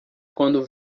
quando